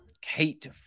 Kate